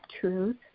truth